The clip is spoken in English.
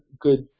good